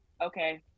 Okay